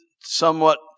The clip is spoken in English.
somewhat